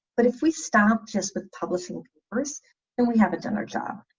but if we stop just with publishing papers then we haven't done our job.